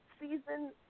Season